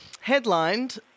headlined